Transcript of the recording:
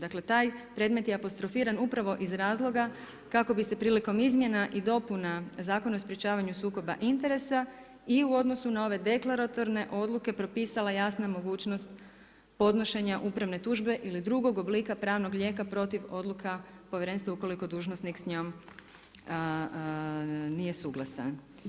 Dakle, taj predmet je apostrofiran upravo iz razloga kako bi se prilikom izmjena i dopuna Zakon o sprječavanju sukoba interesa i u odnosu na ove deklaratorne odluke propisala jasna mogućnost podnošenja upravne tužbe ili drugog oblika pravnog lijeka protiv odluka povjerenstva, ukoliko dužnosnik s njom nije suglasan.